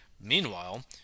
Meanwhile